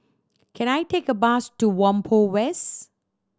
can I take a bus to Whampoa West